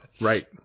Right